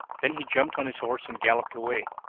then he jumped on his horse and galloped away.